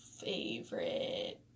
favorite